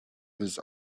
with